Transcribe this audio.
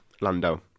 Lando